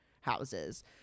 houses